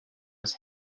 was